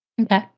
Okay